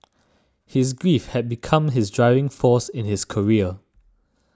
his grief had become his driving force in his career